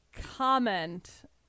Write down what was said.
comment